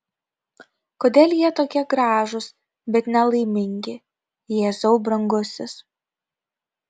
kodėl jie tokie gražūs bet nelaimingi jėzau brangusis